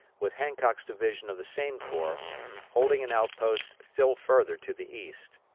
with hancock's division of the same corps holding an outpost still further to the east.